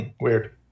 Weird